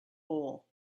hole